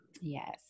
yes